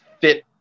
fit